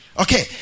Okay